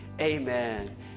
Amen